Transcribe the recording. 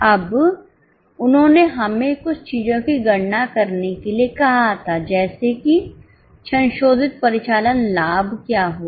अब उन्होंने हमें कुछ चीजों की गणना करने के लिए कहा था जैसा कि संशोधित परिचालन लाभ क्या होगा